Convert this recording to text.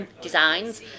Designs